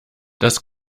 das